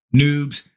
noobs